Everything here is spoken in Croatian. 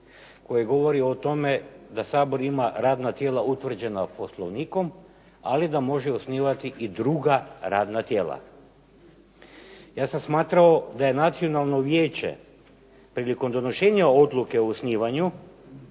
koji govori o tome da Sabor ima radna tijela utvrđena Poslovnikom, ali da može osnivati i druga radna tijela. Ja sam smatrao da je Nacionalno vijeće prilikom donošenja odluke o osnivanju